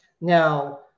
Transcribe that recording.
Now